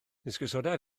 esgusoda